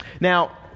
Now